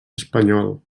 espanyol